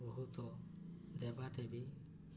ବହୁତ ଦେବାଦେବୀ